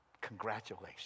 Congratulations